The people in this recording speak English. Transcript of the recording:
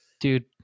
dude